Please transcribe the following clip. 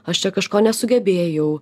aš čia kažko nesugebėjau